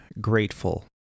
grateful